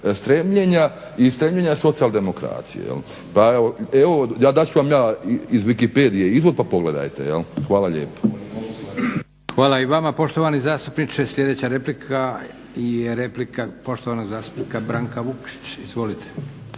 stremljenja i stremljenja socijaldemokracije jel. Pa evo, dat ću vam ja iz wikipedije izvod pa pogledajte jel'. Hvala lijepa. **Leko, Josip (SDP)** Hvala i vama poštovani zastupniče. Sljedeća replika je replika poštovanog zastupnika Branka Vukšića. Izvolite.